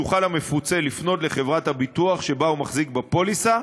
יוכל המפוצה לפנות לחברת הביטוח שבה הוא מחזיק בפוליסה,